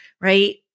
right